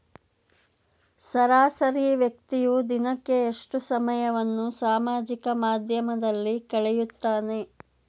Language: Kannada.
ಸರಾಸರಿ ವ್ಯಕ್ತಿಯು ದಿನಕ್ಕೆ ಎಷ್ಟು ಸಮಯವನ್ನು ಸಾಮಾಜಿಕ ಮಾಧ್ಯಮದಲ್ಲಿ ಕಳೆಯುತ್ತಾನೆ?